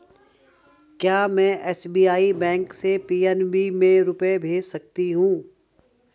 क्या में SBI bank से पी.एन.बी में रुपये भेज सकती हूँ?